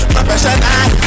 Professional